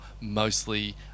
mostly